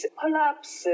pull-ups